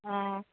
অ